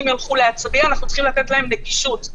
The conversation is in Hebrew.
ילכו להצביע אנחנו צריכים לתת להם נגישות.